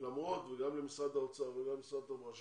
וגם למשרד האוצר וגם משרד התחבורה,